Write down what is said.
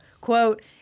Quote